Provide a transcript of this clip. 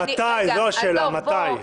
זו השאלה האמיתית.